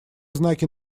знаки